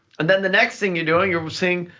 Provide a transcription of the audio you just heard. and then the next thing you're doing, you're seeing,